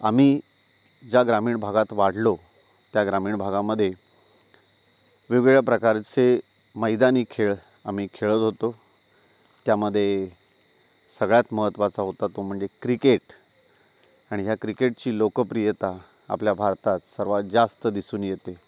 आम्ही ज्या ग्रामीण भागात वाढलो त्या ग्रामीण भागामध्ये वेगवेगळ्या प्रकारचे मैदानी खेळ आम्ही खेळत होतो त्यामध्ये सगळ्यात महत्त्वाचा होता तो म्हणजे क्रिकेट आणि ह्या क्रिकेटची लोकप्रियता आपल्या भारतात सर्वात जास्त दिसून येते